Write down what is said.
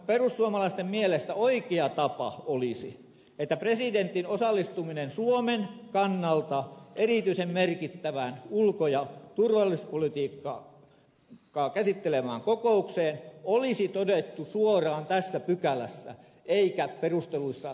perussuomalaisten mielestä oikea tapa olisi että presidentin osallistuminen suomen kannalta erityisen merkittävään ulko ja turvallisuuspolitiikkaa käsittelevään kokoukseen olisi todettu suoraan tässä pykälässä eikä perusteluissa rivien välistä